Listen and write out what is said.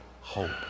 hope